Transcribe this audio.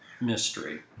mystery